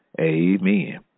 Amen